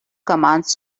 commands